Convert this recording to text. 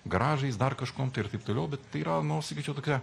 garažais dar kažkuom tai ir taip toliau bet tai yra nu sakyčiau tokia